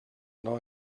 now